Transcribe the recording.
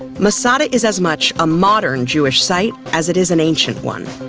masada is as much a modern jewish site as it is an ancient one.